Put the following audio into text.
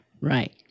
right